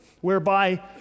whereby